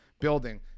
building